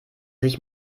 sich